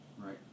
right